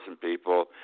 people